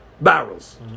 barrels